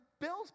bills